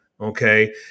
Okay